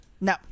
No